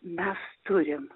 mes turim